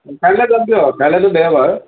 কাইলৈ যাম দিয়ক কাইলৈতো দেওবাৰ